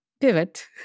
pivot